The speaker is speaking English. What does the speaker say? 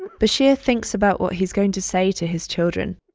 bashir thinks about what he's going to say to his children.